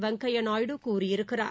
வெங்கையநாயுடு கூறியிருக்கிறார்